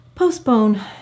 postpone